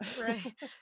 Right